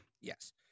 Yes